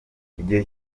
igihe